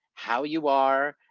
how you are,